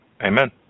Amen